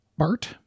Bart